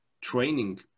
training